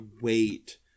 wait